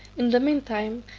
in the mean time,